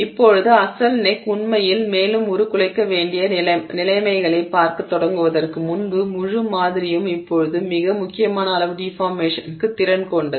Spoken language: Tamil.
இப்போது அசல் நெக் உண்மையில் மேலும் உருக்குலைக்க வேண்டிய நிலைமைகளைப் பார்க்கத் தொடங்குவதற்கு முன்பு முழு மாதிரியும் இப்போது மிக முக்கியமான அளவு டிஃபார்மேஷன்க்கு திறன் கொண்டது